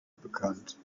bekannt